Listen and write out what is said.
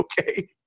Okay